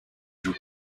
drew